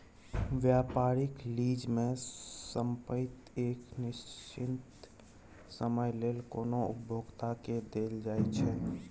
व्यापारिक लीज में संपइत एक निश्चित समय लेल कोनो उपभोक्ता के देल जाइ छइ